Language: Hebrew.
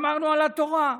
שמרנו על התורה.